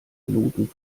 minuten